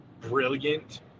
brilliant